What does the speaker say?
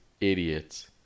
idiots